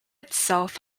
itself